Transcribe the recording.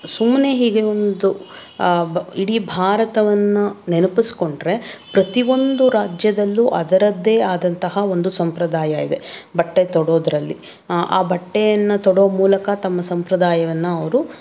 ಸುಮ್ಮನೆ ಹೀಗೆ ಒಂದು ಇಡೀ ಭಾರತವನ್ನು ನೆನಪಿಸ್ಕೊಂಡ್ರೆ ಪ್ರತಿಯೊಂದು ರಾಜ್ಯದಲ್ಲೂ ಅದರದ್ದೇ ಆದಂತಹ ಒಂದು ಸಂಪ್ರದಾಯ ಇದೆ ಬಟ್ಟೆ ತೊಡೋದ್ರಲ್ಲಿ ಆ ಬಟ್ಟೆಯನ್ನು ತೊಡೋ ಮೂಲಕ ತಮ್ಮ ಸಂಪ್ರದಾಯವನ್ನು ಅವರು